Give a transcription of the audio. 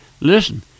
Listen